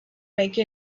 make